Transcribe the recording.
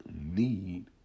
need